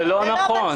לא.